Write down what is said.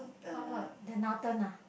!huh! what of the Nathan ah